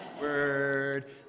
Word